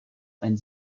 ein